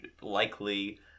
likely